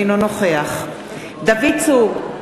אינו נוכח דוד צור,